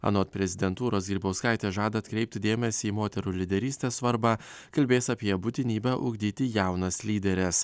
anot prezidentūros grybauskaitė žada atkreipti dėmesį į moterų lyderystės svarbą kalbės apie būtinybę ugdyti jaunas lyderes